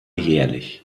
jährlich